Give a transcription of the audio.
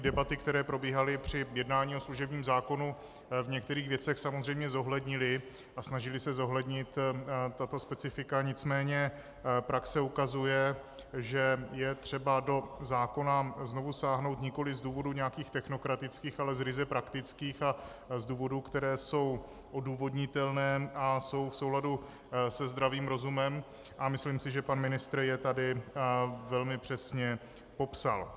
Debaty, které probíhaly při jednání o služebním zákonu, v některých věcech samozřejmě zohlednily a snažily se zohlednit tato specifika, nicméně praxe ukazuje, že je třeba do zákona znovu sáhnout nikoliv z důvodů nějakých technokratických, ale z ryze praktických a z důvodů, které jsou odůvodnitelné a jsou v souladu se zdravým rozumem, a myslím si, že pan ministr je tady velmi přesně popsal.